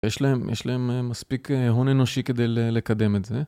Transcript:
יש להם מספיק הון אנושי כדי לקדם את זה.